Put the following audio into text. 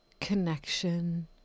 connection